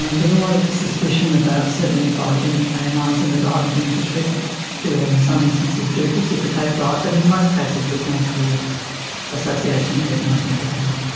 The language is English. there's a lot of suspicion about certain biogenic amines in the diet and things which people feel in some instances do precipitate diet, but in most cases there's no clear association that we can identify.